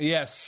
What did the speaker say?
Yes